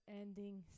ending